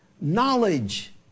knowledge